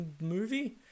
movie